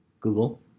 google